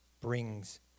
brings